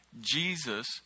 Jesus